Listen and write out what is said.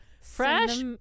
fresh